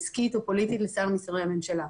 עסקית או פוליטית עם שר משרי הממשלה.